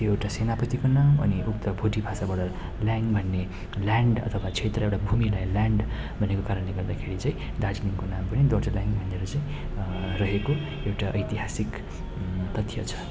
त्यो एउटा सेनापतिको नाम अनि उक्त भोटिया भाषाबाट ल्याङ भन्ने ल्यान्ड अथवा क्षेत्र एउटा भूमिलाई ल्यान्ड भनेको कारणले गर्दाखेरि चाहिँ दार्जिलिङको नाम पनि दोर्जेल्याङ भनेर चाहिँ रहेको एउटा ऐतिहासिक तथ्य छ